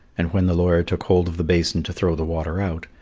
and when the lawyer took hold of the basin to throw the water out,